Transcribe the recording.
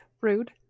Rude